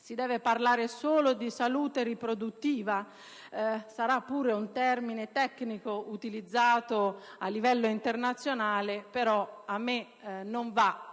Si deve parlare solo di salute riproduttiva? Sarà pure un termine tecnico utilizzato a livello internazionale, però a me non va